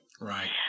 Right